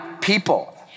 people